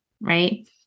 right